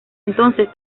entonces